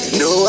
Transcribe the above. no